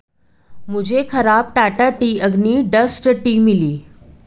मुझे खराब Tata tea Agni dust tea मिली